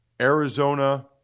Arizona